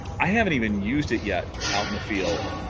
i haven't even used it yet out in the field